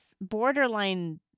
borderline